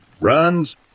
runs